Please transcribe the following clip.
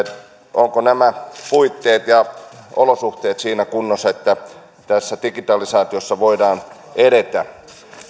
ovatko nämä puitteet ja olosuhteet siinä kunnossa että tässä digitalisaatiossa voidaan edetä